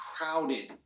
crowded